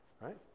Right